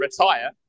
retire